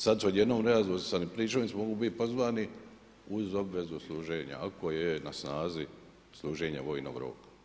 Sad od jednom nerazvrstani pričuvnici mogu biti pozvani, uz obavezu služenja, ako je na snazi služenja vojnog roka.